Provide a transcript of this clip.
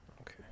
Okay